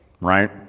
right